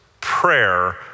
prayer